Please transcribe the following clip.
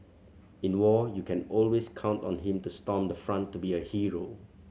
in war you can always count on him to storm the front to be a hero